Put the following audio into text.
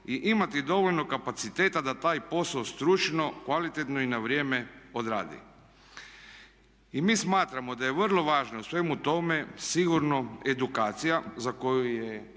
i imati dovoljno kapaciteta da taj posao stručno, kvalitetno i na vrijeme odradi. I mi smatramo da je vrlo važno u svemu tome sigurno edukacija za koju je